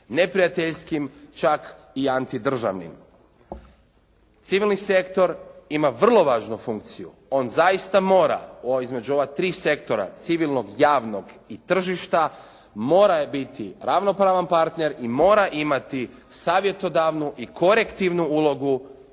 neprijateljskim, čak i anti državnim. Civilni sektor ima vrlo važnu funkciju. On zaista mora, između ova tri sektora civilnog, javnog i tržišta mora biti ravnopravan partner i mora imati savjetodavnu i korektivnu ulogu